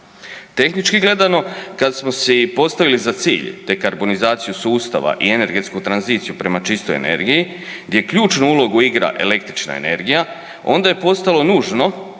Tehni ki gledano kada smo se i postavili za cilj dekarbonizaciju sustava i energetsku tranziciju prema čistoj energiji gdje ključnu ulogu igra električna energija, onda je postalo nužno